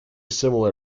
similar